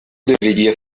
deveria